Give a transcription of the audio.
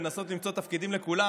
ולנסות למצוא תפקידים לכולם.